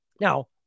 Now